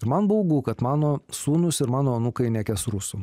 man baugu kad mano sūnūs ir mano anūkai nekęs rusų